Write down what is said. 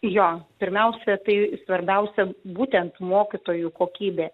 jo pirmiausia tai svarbiausia būtent mokytojų kokybė